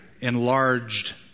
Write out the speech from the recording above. enlarged